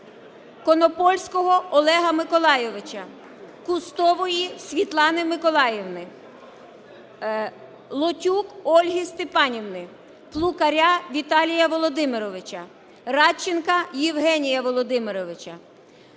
Конопольського Олега Миколайовича, Кустової Світлани Миколаївни, Лотюк Ольги Степанівни, Плукаря Віталія Володимировича, Радченка Євгенія Володимировича,